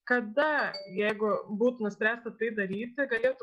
kada jeigu būtų nuspręsta tai daryti galėtų